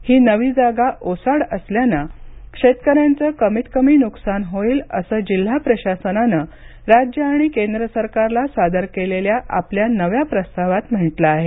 ही नवी जागा ओसाड असल्यानं शेतकऱ्यांचं कमीत कमी नुकसान होईल असं जिल्हा प्रशासनाने राज्य आणि केंद्र सरकारला सादर केलेल्या आपल्या नव्या प्रस्तावात म्हटलं आहे